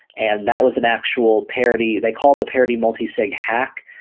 and that was an actual parody. they call it the parody multisig hack.